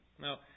Now